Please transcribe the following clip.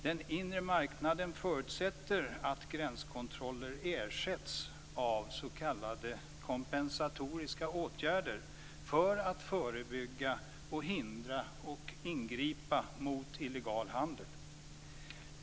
Den inre marknaden förutsätter att gränskontroller ersätts av s.k. kompensatoriska åtgärder för att förebygga, hindra och ingripa mot illegal handel.